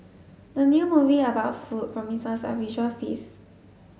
the new movie about food promises a visual feast